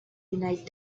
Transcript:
denied